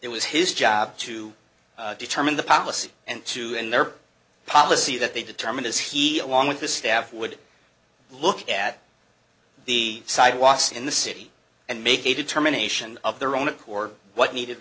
it was his job to determine the policy and two in their policy that they determined as he along with his staff would look at the sidewalks in the city and make a determination of their own accord what needed